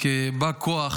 כבא כוח,